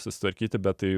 susitvarkyti bet tai